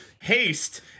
haste